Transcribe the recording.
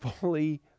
fully